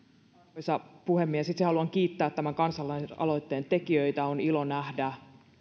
arvoisa puhemies itse haluan kiittää tämän kansalaisaloitteen tekijöitä on ilo nähdä